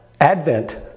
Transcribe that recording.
Advent